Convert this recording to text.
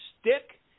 stick